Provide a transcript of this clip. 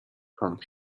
from